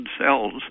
cells